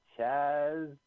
Chaz